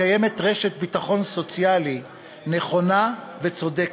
קיימת רשת ביטחון סוציאלי נכונה וצודקת,